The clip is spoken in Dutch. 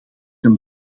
een